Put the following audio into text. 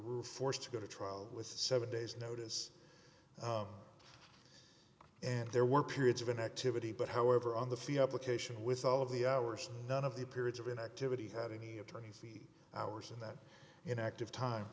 rule forced to go to trial with seven days notice and there were periods of an activity but however on the fee up location with all of the hours none of the periods of an activity had any attorneys hours in that inactive time